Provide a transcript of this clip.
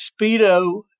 Speedo